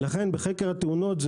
לכן בחקר התאונות,